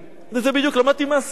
וזה בדיוק למדתי מהשמאל.